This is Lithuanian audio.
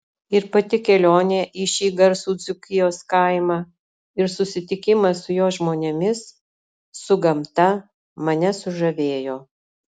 ir pati kelionė į šį garsų dzūkijos kaimą ir susitikimas su jo žmonėmis su gamta mane sužavėjo